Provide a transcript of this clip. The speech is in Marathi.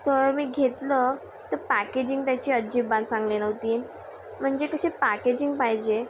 तर मी घेतलं तर पॅकेजिंग त्याची अजिबात चांगली नव्हती म्हणजे कशे पॅकेजिंग पायजे